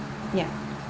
yeah